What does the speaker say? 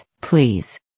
Please